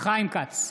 חיים כץ,